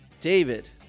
david